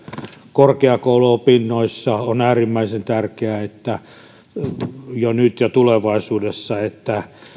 korkeakouluopinnossa on äärimmäisen tärkeää jo nyt ja tulevaisuudessa että